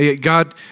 God